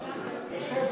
הנה הוא,